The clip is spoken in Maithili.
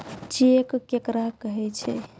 चेक केकरा कहै छै?